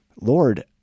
Lord